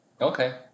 Okay